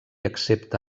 excepte